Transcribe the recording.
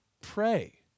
pray